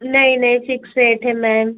नई नई fix rate है मैम